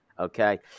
Okay